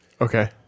Okay